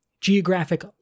geographic